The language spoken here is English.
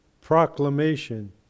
proclamation